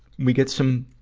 we get some,